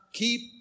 keep